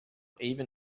even